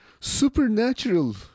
supernatural